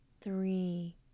three